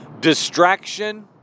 distraction